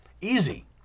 Easy